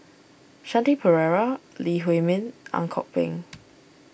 Shanti Pereira Lee Huei Min Ang Kok Peng